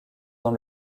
dans